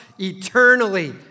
eternally